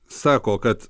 sako kad